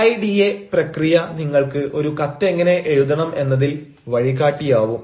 AIDA പ്രക്രിയ നിങ്ങൾക്ക് ഒരു കത്തെങ്ങനെ എഴുതണം എന്നതിൽ വഴികാട്ടി ആവും